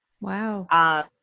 Wow